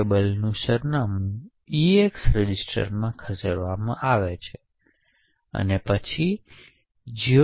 કોષ્ટકનું સરનામું ઇએક્સ રજિસ્ટરમાં ખસેડવામાં આવે છે અને પછી જી